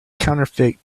counterfeit